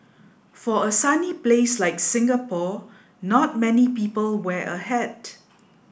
for a sunny place like Singapore not many people wear a hat